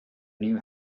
knew